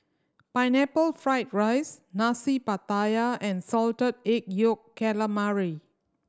Pineapple Fried rice Nasi Pattaya and Salted Egg Yolk Calamari